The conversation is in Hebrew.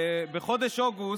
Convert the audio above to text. בחודש אוגוסט,